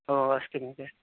ओ अस्तु महोदय